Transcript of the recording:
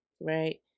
right